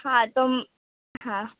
હા તો હા